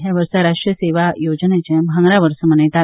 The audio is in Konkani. ह्या वर्सा राष्ट्रीय सेवा योजनेचे भांगरा वर्स मनयतात